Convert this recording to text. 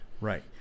Right